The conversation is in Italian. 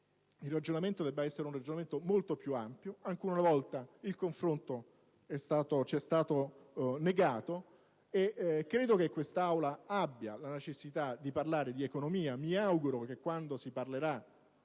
il ragionamento debba essere molto più ampio. Ancora una volta il confronto ci è stato negato. Ritengo che quest'Assemblea abbia la necessità di parlare di economia. Mi auguro che, quando si parlerà